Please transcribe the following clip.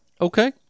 Okay